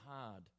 hard